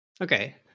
Okay